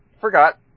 forgot